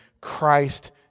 Christ